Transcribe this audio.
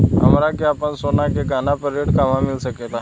हमरा के आपन सोना के गहना पर ऋण कहवा मिल सकेला?